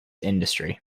industry